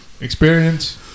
experience